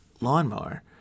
lawnmower